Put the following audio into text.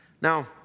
Now